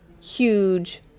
huge